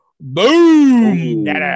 Boom